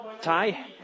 Ty